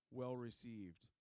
well-received